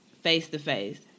face-to-face